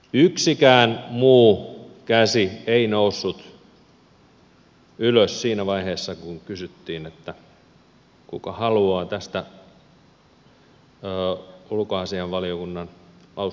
yksikään muu käsi ei noussut ylös siinä vaiheessa kun kysyttiin kuka haluaa tästä ulkoasiainvaliokunnan lausunnon